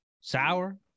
sour